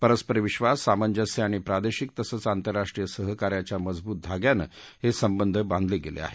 परस्पर विबास सामंजस्य आणि प्रादेशिक तसंच आतंरराष्ट्रीय सहकार्याच्या मजवूत धाग्याने हे संबंध बांधले गेले आहेत